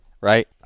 right